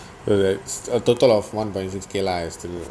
so that's a total of one point sixty K lah absolute